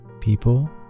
people